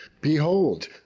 Behold